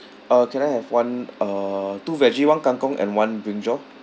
uh can I have one uh two veggie one kangkung and one brinjal